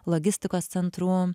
logistikos centrų